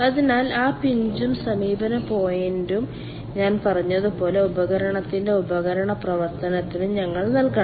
അതിനാൽ ആ പിഞ്ചും സമീപന പോയിന്റും ഞാൻ പറഞ്ഞതുപോലെ ഉപകരണത്തിന്റെ ഉപകരണ പ്രവർത്തനത്തിന് ഞങ്ങൾ നൽകണം